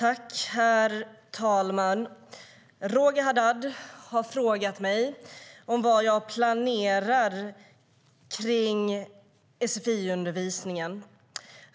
Herr talman! Roger Haddad har frågat mig vad jag planerar kring sfi-undervisningen.